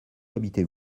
habitez